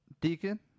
Deacon